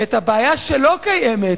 ואת הבעיה שלא קיימת,